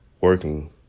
working